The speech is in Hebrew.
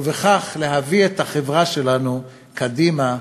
ובכך להביא את החברה שלנו קדימה,